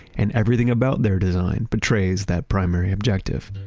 and everything about their design betrays that primary objective.